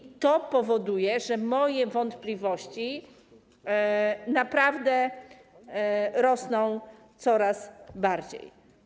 I to powoduje, że moje wątpliwości naprawdę rosną coraz bardziej.